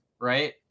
right